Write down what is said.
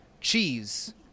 cheese